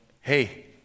hey